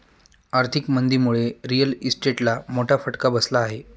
आर्थिक मंदीमुळे रिअल इस्टेटला मोठा फटका बसला आहे